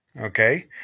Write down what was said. Okay